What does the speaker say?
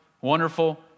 wonderful